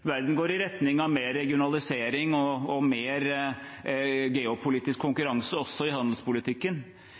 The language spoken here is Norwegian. Verden går i retning av mer regionalisering og mer geopolitisk konkurranse også i handelspolitikken.